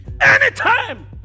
Anytime